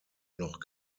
noch